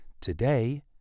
Today